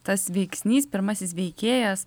tas veiksnys pirmasis veikėjas